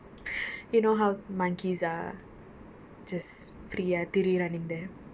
you know how monkeys are just free ஆ திரிரானிங்: aa tiriraaning there